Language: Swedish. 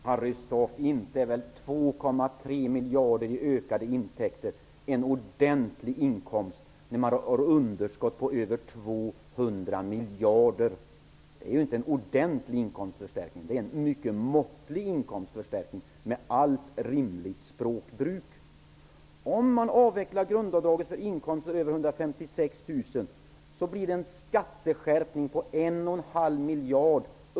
Herr talman! Inte är väl 2,3 miljarder i ökade intäkter en ordentlig inkomst när det finns underskott på över 200 miljarder. Det är inte en ordentlig inkomstförstärkning. Med ett rimligt språkbruk skulle man kunna säga att det är en måttlig inkomstförstärkning. Om man avvecklar grundavdraget vid inkomster mellan 156 000 kr och 200 000 kr blir det en skatteskärpning på ca 1,5 miljard.